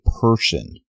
person